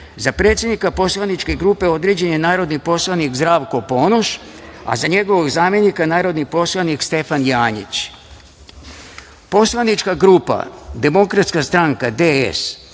Za predsednika poslaničke grupe određen je narodni poslanik Zdravko Ponoš, a za njegovog zamenika narodni poslanik Stefan Janjić;- Poslanička grupa DEMOKRATSKA STRANKA –